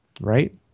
right